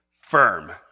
firm